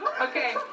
Okay